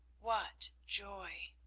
what joy!